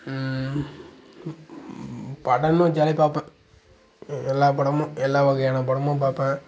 படம்னு வச்சாலே பார்ப்பேன் எல்லாம் படமும் எல்லா வகையான படமும் பார்ப்பேன்